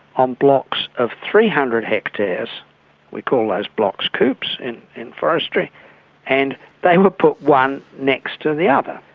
on blocks of three hundred hectares we call those blocks coupes in in forestry and they would put one next to the other.